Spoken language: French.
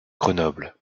grenoble